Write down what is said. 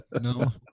No